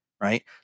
right